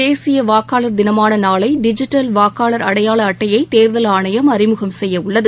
தேசிய வாக்காளர் தினமான நாளை டிஜிட்டல் வாக்காளர் அடையாள அட்டையை தேர்தல் ஆணையம் அறிமுகம் செய்ய உள்ளது